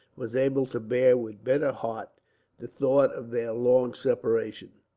was able to bear with better heart the thought of their long separation.